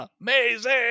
amazing